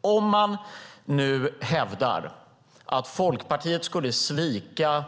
Om man nu hävdar att Folkpartiet skulle svika